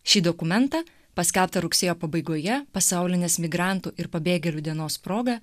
šį dokumentą paskelbtą rugsėjo pabaigoje pasaulinės migrantų ir pabėgėlių dienos proga